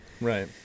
Right